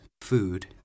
food